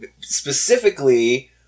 specifically